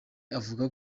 avuga